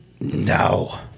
No